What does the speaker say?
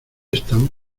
están